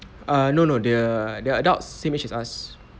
err no no the the adults same age as us.